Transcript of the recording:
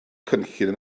cynllun